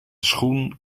schoen